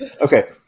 Okay